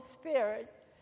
Spirit